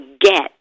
get